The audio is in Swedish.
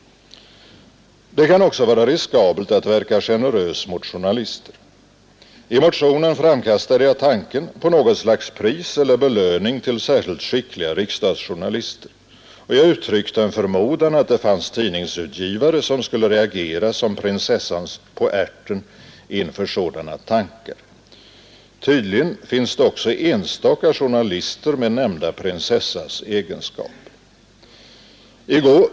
Det kan också vara riskabelt att verka generös mot journalister. I motionen framkastade jag tanken på något slags pris eller belöning till särskilt skickliga riksdagsjournalister. Jag uttryckte en förmodan att det fanns tidningsutgivare som skulle reagera som prinsessan på ärten inför sådana tankar. Tydligen finns det också enstaka journalister med nämnda prinsessas egenskaper.